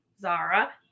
Zara